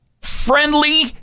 friendly